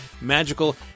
magical